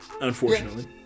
unfortunately